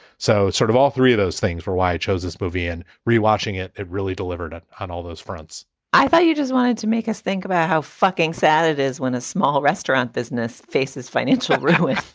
so sort of all three of those things were why i chose this movie and rewatching it. it really delivered on all those fronts i thought you just wanted to make us think about how fucking sad it is when a small restaurant business faces financial ruin.